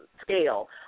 scale